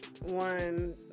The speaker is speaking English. one